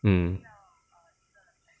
mm